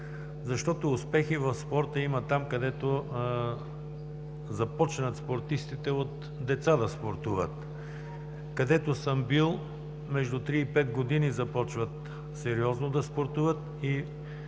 защото успехи в спорта има там, където започнат спортистите от деца да спортуват. Където съм бил, между три и пет години започват сериозно да спортуват, и